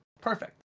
Perfect